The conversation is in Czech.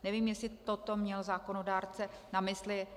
Nevím, jestli toto měl zákonodárce na mysli.